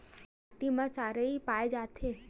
का माटी मा क्षारीय पाए जाथे?